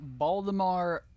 Baldemar